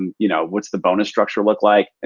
and you know what's the bonus structure look like? ah